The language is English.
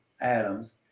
Adams